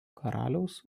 karaliaus